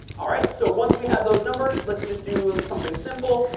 all right. so once we have those numbers, let's just do something simple.